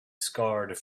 scarred